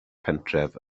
pentref